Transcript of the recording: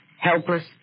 helpless